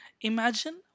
Imagine